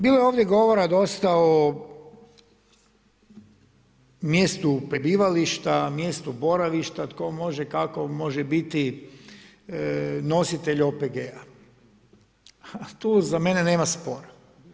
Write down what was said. Bilo je ovdje govora dosta o mjestu prebivališta, mjestu boravišta, tko može, kako može biti nositelj OPG-a. tu za mene nema spora.